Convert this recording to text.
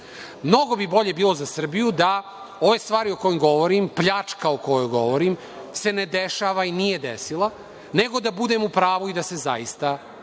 Mnogo bi bolje bilo za Srbiju da ove stvari o kojima govorim, pljačka o kojoj govorim, se ne dešava i nije desila, nego da budem u pravu i da se zaista